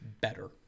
better